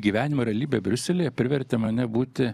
gyvenimo realybė briuselyje privertė mane būti